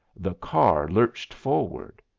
the car lurched forward.